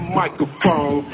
microphone